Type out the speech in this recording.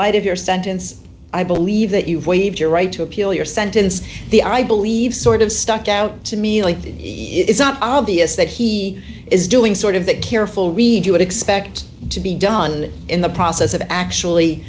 light of your sentence i believe that you've waived your right to appeal your sentence the i believe sort of stuck out to me like it's not obvious that he is doing sort of that careful read you would expect to be done in the process of actually